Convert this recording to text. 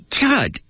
God